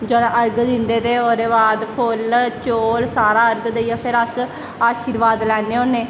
जिसलै अर् दिंदे ते फिर ओह्दे बाद खुल चौल सारा अर्घ देईयै अस आशीर्वाद लैन्ने होन्ने